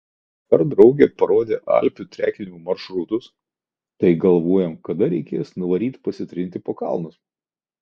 dar draugė parodė alpių trekinimo maršrutus tai galvojam kada reikės nuvaryt pasitrinti po kalnus